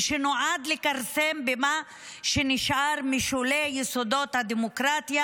ושנועד לכרסם במה שנשאר משולי יסודות הדמוקרטיה